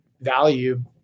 value